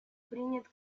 принят